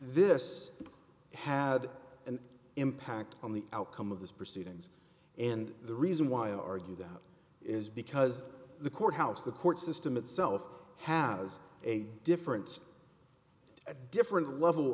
this had an impact on the outcome of these proceedings and the reason why argue that is because the courthouse the court system itself has a different a different level